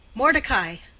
mordecai!